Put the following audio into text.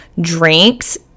drinks